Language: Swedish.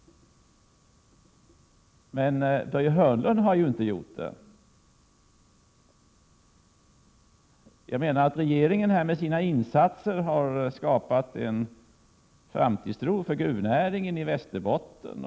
Men Börje Hörnlund har inte gjort det. Jag menar att regeringen med sina insatser har skapat en framtidstro för gruvnäringen i Västerbotten.